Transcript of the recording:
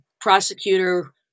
prosecutor